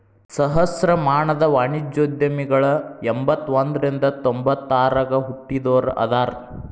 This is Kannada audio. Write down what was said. ಸಹಸ್ರಮಾನದ ವಾಣಿಜ್ಯೋದ್ಯಮಿಗಳ ಎಂಬತ್ತ ಒಂದ್ರಿಂದ ತೊಂಬತ್ತ ಆರಗ ಹುಟ್ಟಿದೋರ ಅದಾರ